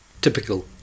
typical